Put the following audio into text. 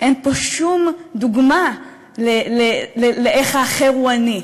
אין פה שום דוגמה לאיך האחר הוא אני?